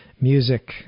music